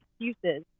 excuses